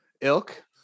ilk